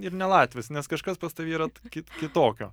ir ne latvis nes kažkas pas tave yra t kit kitokio